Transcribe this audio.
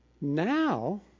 Now